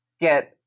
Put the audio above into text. get